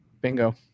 Bingo